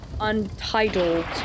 untitled